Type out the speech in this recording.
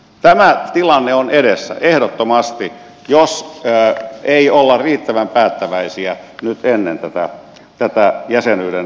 tämä tilanne on edessä ehdottomasti jos ei olla riittävän päättäväisiä nyt ennen tätä jäsenyyden toteutumista